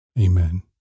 Amen